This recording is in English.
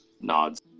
Nods